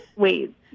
Wait